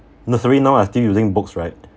nursery now are still using books right